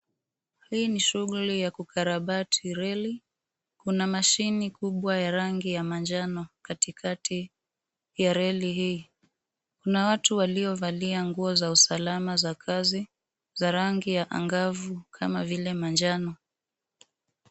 Hii ni shughuli ya kukarabati reli. Kuna mashine kubwa ya rangi ya manjano katikati ya reli hii. Kuna watu waliovalia nguo za usalama za kazi za rangi ya angavu kama vile manjano.